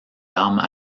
armes